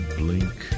blink